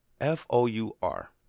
F-O-U-R